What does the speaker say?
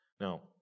Now